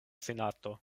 senato